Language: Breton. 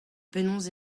penaos